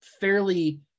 fairly